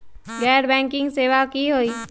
गैर बैंकिंग सेवा की होई?